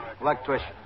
Electrician